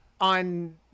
on